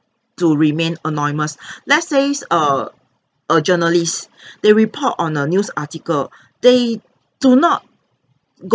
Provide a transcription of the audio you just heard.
to remain anonymous let's says err a journalist they report on a news article they do not go